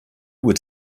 were